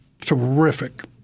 terrific